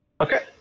Okay